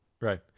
Right